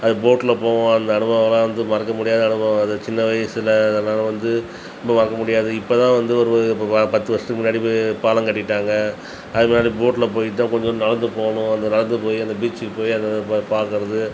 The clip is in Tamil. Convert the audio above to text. அது போடல போவோம் அந்த அனுபவம்லாம் வந்து மறக்க முடியாத அனுபவம் அந்த சின்ன வயசில அதெல்லாம் வந்து ரொம்ப மறக்க முடியாது இப்போ தான் வந்து ஒரு இப்போ பத்து வருஷத்துக்கு முன்னாடி பாலம் கட்டிவிட்டாங்க அதுக்கு முன்னாடி போடல போயிவிட்டு தான் கொஞ்ச தூரம் நடந்து போகணும் அங்கே நடந்து போய் அந்த பீச்சுக்கு போய் அதை பார்க்கறது